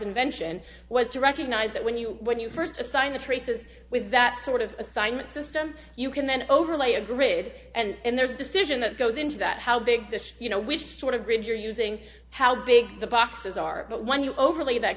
invention was to recognize that when you when you first assign the traces with that sort of assignment system you can then overlay a grid and there's a decision that goes into that how big this you know which sort of grid you're using how big the boxes are but when you overlay that